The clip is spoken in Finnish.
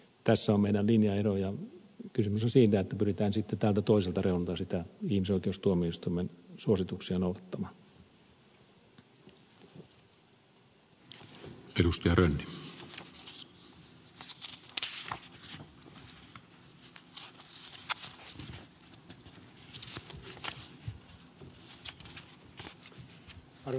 tässä on meidän linjaeromme ja kysymys on siitä että pyritään tältä toiselta reunalta ihmisoikeustuomioistuimen suosituksia noudattamaan